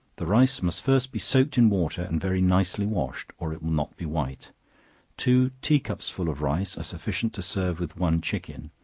the rice must first be soaked in water, and very nicely washed, or it will not be white two tea-cupsful of rice are sufficient to serve with one chicken,